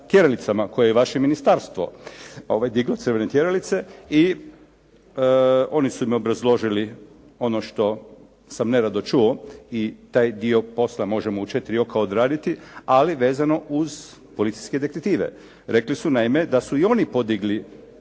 koje i vaše ministarstvo diglo crvene tjeralice. I oni su im obrazložili ono što sam nerado čuo i taj dio posla možemo u četiri oka odraditi, ali vezano uz policijske detektive. Rekli su naime da su i oni podigli